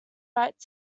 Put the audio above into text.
right